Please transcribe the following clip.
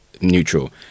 neutral